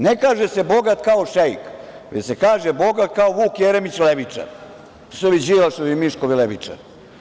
Ne kaže se bogat kao šeik, već se kaže kao Vuk Jeremić levičar, to su ovi Đilasovi i Miškovi levičari.